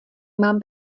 mám